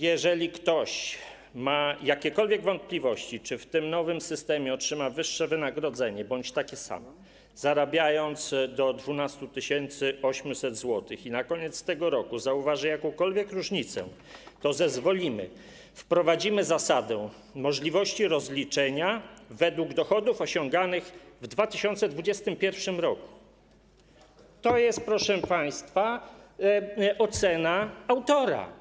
Jeżeli ktoś ma jakiekolwiek wątpliwości, czy w tym nowym systemie otrzyma wyższe wynagrodzenie bądź takie samo, zarabiając do 12 800 zł, i na koniec tego roku zauważy jakąkolwiek różnicę, to zezwolimy, wprowadzimy zasadę możliwości rozliczenia według dochodów osiąganych w 2021 r. - to jest, proszę państwa, ocena autora,